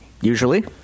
Usually